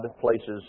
places